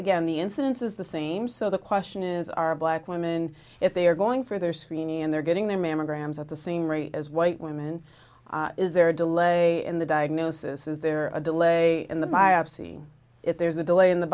again the incidence is the same so the question is are black women if they are going for their screening and they're getting their mammograms at the same rate as white women is there a delay in the diagnosis is there a delay in the biopsy if there's a delay in the